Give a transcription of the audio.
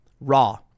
raw